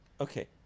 Okay